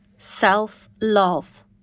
self-love